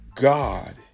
God